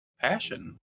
passion